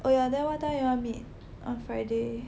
oh yah then what time you want to meet on Friday